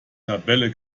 tabelle